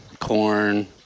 corn